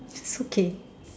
it's okay